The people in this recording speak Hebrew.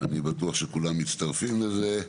אני בטוח שכולם מצטרפים לזה.